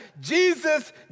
Jesus